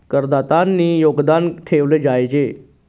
करदातानी योगदान देवाले जोयजे